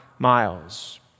miles